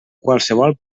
qualsevol